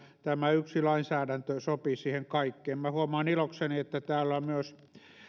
tämä yksi lainsäädäntö sopii siihen kaikkeen huomaan ilokseni että täällä on myös